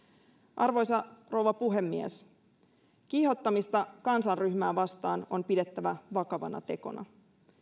arvoisa rouva puhemies kiihottamista kansanryhmää vastaan on pidettävä vakavana tekona